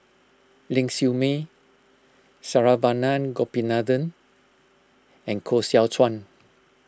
Ling Siew May Saravanan Gopinathan and Koh Seow Chuan